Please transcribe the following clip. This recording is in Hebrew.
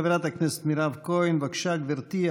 חברת הכנסת מירב כהן, בבקשה, גברתי.